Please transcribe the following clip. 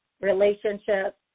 relationships